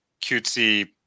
cutesy